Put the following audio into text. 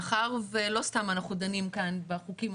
מאחר שלא סתם אנחנו דנים כאן בחוקים,